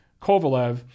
Kovalev